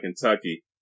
Kentucky